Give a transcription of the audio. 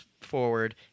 forward